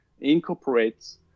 incorporates